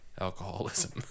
alcoholism